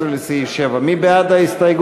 14 לסעיף 7, מי בעד ההסתייגות?